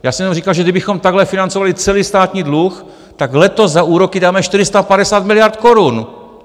Já jsem jenom říkal, že kdybychom takhle financovali celý státní dluh, tak letos za úroky dáme 450 miliard korun!